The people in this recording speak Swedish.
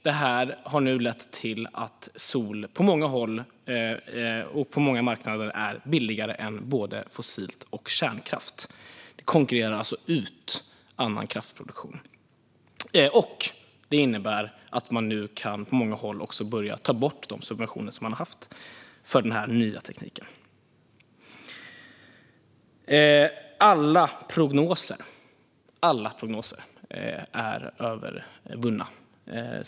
Detta har nu lett till att sol på många håll och på många marknader är billigare än både fossilt och kärnkraft. Sol konkurrerar alltså ut annan kraftproduktion. Detta innebär att man på många håll nu kan börja ta bort de subventioner som den nya tekniken haft. Alla prognoser är överträffade.